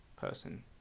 person